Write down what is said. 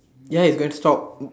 ya he's going to stop